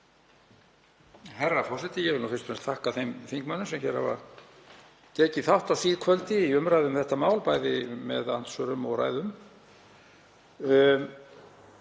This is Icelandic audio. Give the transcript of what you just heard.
Herra forseti. Ég vil þakka þeim þingmönnum sem hér hafa tekið þátt á síðkvöldi í umræðu um þetta mál, bæði með andsvörum og ræðum.